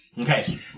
Okay